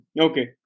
Okay